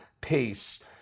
peace